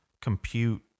compute